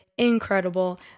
incredible